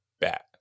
bat